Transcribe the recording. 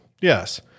Yes